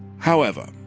however,